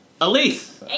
Elise